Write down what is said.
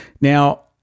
now